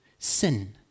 sin